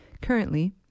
Currently